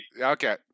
Okay